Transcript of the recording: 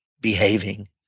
behaving